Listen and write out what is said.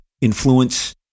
influence